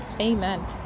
amen